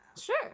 sure